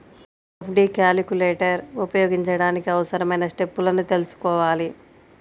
FD calculator ఉపయోగించడానికి అవసరమైన స్టెప్పులను తెల్సుకోవాలి